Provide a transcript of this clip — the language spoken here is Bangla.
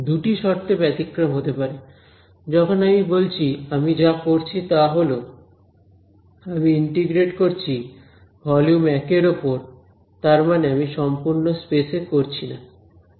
দুটি শর্তে ব্যতিক্রম হতে পারে যখন আমি বলছি আমি যা করছি তা হল আমি ইন্টিগ্রেট করছি ভলিউম 1 এর ওপর তার মানে আমি সম্পূর্ণ স্পেসে করছি না